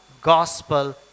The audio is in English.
gospel